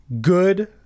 good